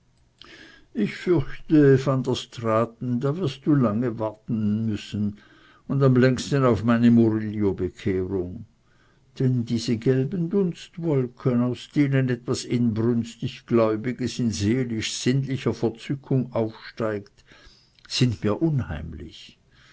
ich fürchte van der straaten da wirst du lange zu warten haben und am längsten auf meine murillobekehrung denn diese gelben dunstwolken aus denen etwas inbrünstig gläubiges in seelisch sinnlicher verzückung aufsteigt sind mir unheimlich